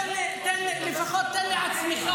תן לו להתייחס.